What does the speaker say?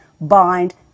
bind